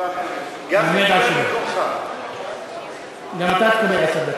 גם אתה תקבל עשר דקות.